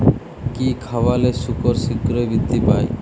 কি খাবালে শুকর শিঘ্রই বৃদ্ধি পায়?